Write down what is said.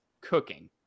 cooking